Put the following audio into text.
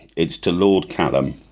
it's to lord callum